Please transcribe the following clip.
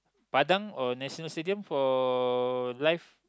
padang or National Stadium for live